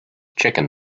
chicken